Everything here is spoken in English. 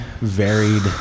varied